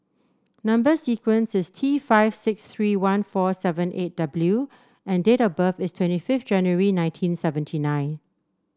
number sequence is T five six three one four seven eight W and date of birth is twenty fifth January nineteen seventy nine